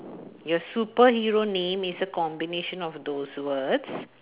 your super hero name is a combination of those words